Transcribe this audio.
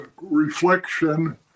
reflection